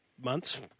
months